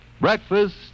Breakfast